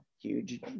huge